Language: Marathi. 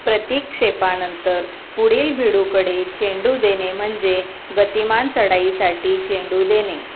प्रतिक्षेपानंतर पुढील भिडूकडे चेंडू देणे म्हणजे गतिमान चढाईसाठी चेंडू देणे